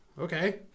Okay